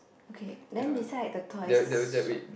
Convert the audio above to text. okay then beside the toys shop